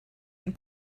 and